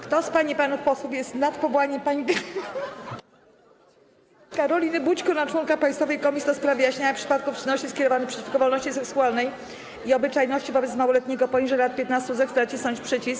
Kto z pań i panów posłów jest za powołaniem pani Karoliny Bućko na członka Państwowej Komisji do spraw wyjaśniania przypadków czynności skierowanych przeciwko wolności seksualnej i obyczajności wobec małoletniego poniżej lat 15, zechce nacisnąć przycisk.